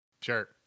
Sure